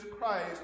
Christ